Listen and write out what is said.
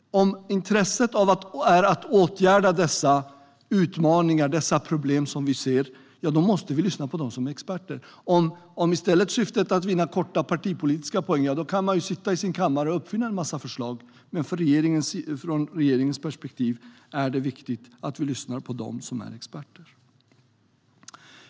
Om intresset är att åtgärda de problem som vi ser måste vi lyssna på dem som är experter. Om syftet i stället är att vinna kortsiktiga partipolitiska poänger kan man sitta i sin kammare och uppfinna en massa förslag. Men från regeringens perspektiv är det viktigt att vi lyssnar på dem som är experter.